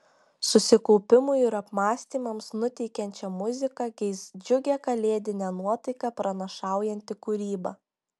susikaupimui ir apmąstymams nuteikiančią muziką keis džiugią kalėdinę nuotaiką pranašaujanti kūryba